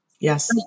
Yes